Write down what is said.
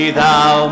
thou